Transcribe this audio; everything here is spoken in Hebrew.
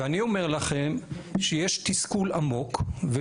ואני אומר לכם שיש תסכול עמוק.